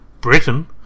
Britain